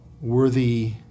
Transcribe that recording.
worthy